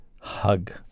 hug